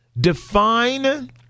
define